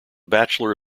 bachelor